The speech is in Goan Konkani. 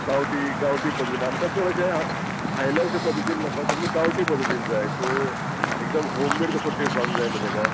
गांवठी गांवठी पद्दतीन आमकां चड अशें भायल्या अशें पद्दतीन नाका सामकें गांवठी पद्दतीन जाय सो एकदम होम मेड कसो टेस्ट जावंक जाय न्हू तेका